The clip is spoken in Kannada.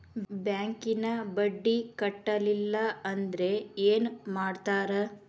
ಬ್ಯಾಂಕಿನ ಬಡ್ಡಿ ಕಟ್ಟಲಿಲ್ಲ ಅಂದ್ರೆ ಏನ್ ಮಾಡ್ತಾರ?